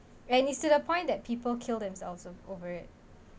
and it's to the point that people kill themselves have over it